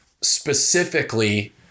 specifically